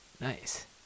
Nice